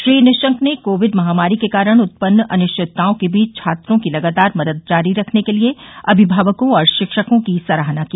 श्री निशंक ने कोविड महामारी के कारण उत्पन्न अनिश्चितताओं के बीच छात्रों की लगातार मदद जारी रखने के लिए अभिमावकों और शिक्षकों की सराहना की